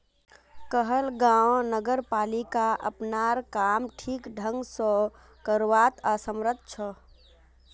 कहलगांव नगरपालिका अपनार काम ठीक ढंग स करवात असमर्थ छ